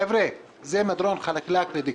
חבר'ה, זה מדרון חלקלק לדיקטטורה.